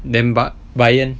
then bay~ bayern